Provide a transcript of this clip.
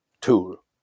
tool